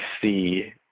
see